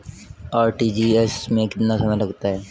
RTGS में कितना समय लगता है?